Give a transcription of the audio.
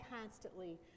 constantly